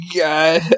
god